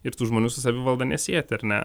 ir tų žmonių su savivalda nesieti ar ne